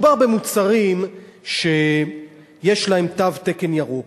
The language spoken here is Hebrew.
מדובר במוצרים שיש להם תו תקן ירוק.